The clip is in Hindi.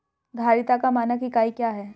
धारिता का मानक इकाई क्या है?